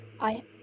I-